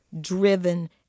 driven